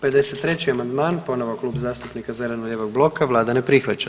53. amandman ponovo Klub zastupnika zeleno-lijevog bloka, Vlada ne prihvaća.